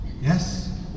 Yes